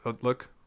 look